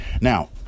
Now